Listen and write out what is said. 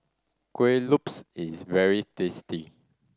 Kuih Lopes is very tasty